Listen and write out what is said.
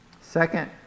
Second